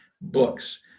Books